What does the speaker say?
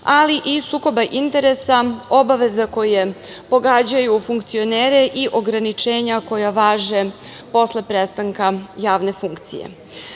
ali i sukoba interesa, obaveza koje pogađaju funkcionere i ograničenja koja važe posle prestanka javne